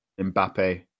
Mbappe